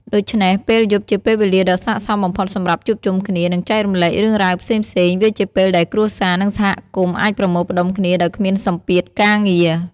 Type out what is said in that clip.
ដូច្នេះ ពេលយប់ជាពេលវេលាដ៏ស័ក្តិសមបំផុតសម្រាប់ជួបជុំគ្នា និងចែករំលែករឿងរ៉ាវផ្សេងៗ វាជាពេលដែលគ្រួសារ និងសហគមន៍អាចប្រមូលផ្ដុំគ្នាដោយគ្មានសម្ពាធការងារ ។